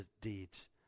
deeds